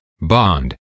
bond